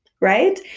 right